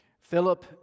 Philip